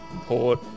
Port